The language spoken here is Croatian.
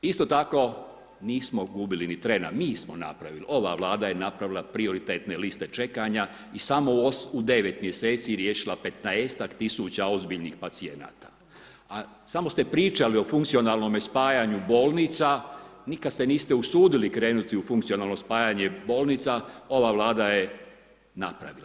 Isto tako, nismo gubili ni trena mi smo napravili, ova Vlada je napravila prioritetne liste čekanja i samo u devet mjeseci riješila 15 tisuća ozbiljnih pacijenata, a samo ste pričali o funkcionalnome spajanju bolnica nikad se niste usudili krenut u funkcionalno spajanje bolnica, ova Vlada je napravila.